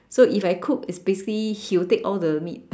so if I cook is basically he will take all the meat